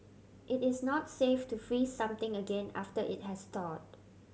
it is not safe to freeze something again after it has thawed